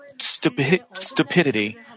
stupidity